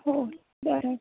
हो बरं